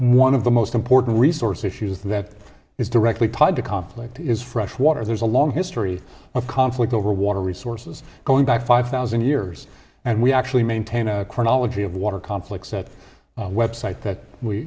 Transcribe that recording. one of the most important resource issues that is directly tied to conflict is freshwater there's a long history of conflict over water resources going back five thousand years and we actually maintain a chronology of water conflicts that website that we